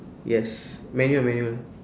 yes manual manual